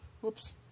Whoops